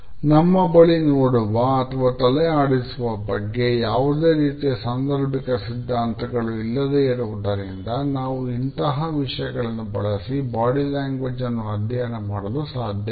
ನಮ್ಮ ಬಳಿ ನೋಡುವ ಅಥವಾ ತಲೆ ಆಡಿಸುವ ಬಗ್ಗೆ ಯಾವುದೇ ರೀತಿಯ ಸಾಂದರ್ಭಿಕ ಸಿದ್ಧಾಂತಗಳು ಇಲ್ಲದೆ ಇರುವುದರಿಂದ ನಾವು ಇಂತಹ ವಿಷಯಗಳನ್ನು ಬಳಸಿ ಬಾಡಿ ಲ್ಯಾಂಗ್ವೇಜ್ ಅನ್ನು ಅಧ್ಯಯನವನ್ನು ಮಾಡಲು ಸಾಧ್ಯವಿಲ್ಲ